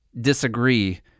disagree